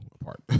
apart